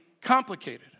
complicated